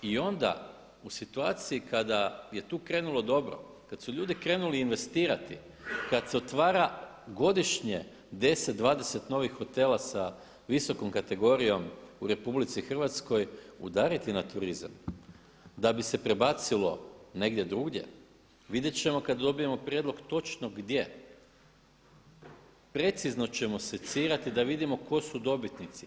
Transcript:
I onda u situaciji kada je tu krenulo dobro, kada su ljudi krenuli investirati, kad se otvara godišnje 10, 20 novih hotela sa visokom kategorijom u RH udariti na turizam da bi se prebacilo negdje drugdje, vidjet ćemo kad dobijemo prijedlog točno gdje, precizno ćemo secirati da vidimo ko su dobitnici.